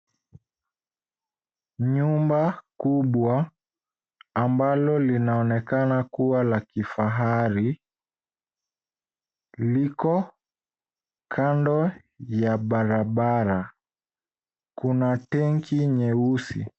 Nyumba kubwa ambalo linaonekana kuwa la kifahari liko kando ya barabara. Kuna tenki nyeusi.